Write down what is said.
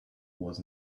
was